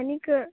आनीक